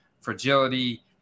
fragility